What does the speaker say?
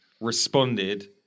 responded